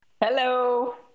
Hello